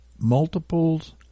Multiples